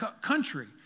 country